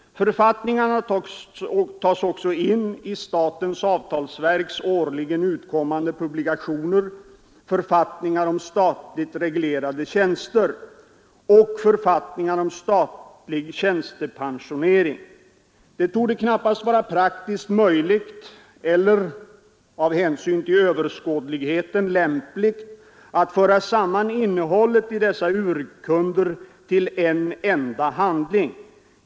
Författningarna tas också in i statens avtalsverks årligen utkommande publikationer Författningar om statligt reglerade tjänster 111 Det torde knappast vara praktiskt möjligt överskådligheten, lämpligt att föra samman innehållet i dessa urkunder till en enda handling.